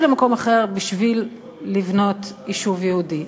למקום אחר בשביל לבנות יישוב יהודי.